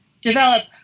develop